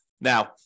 Now